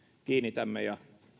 kannamme ja